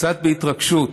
קצת בהתרגשות,